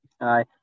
Aye